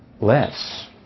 less